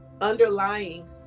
underlying